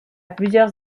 plusieurs